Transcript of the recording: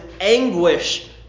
anguish